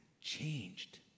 changed